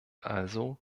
also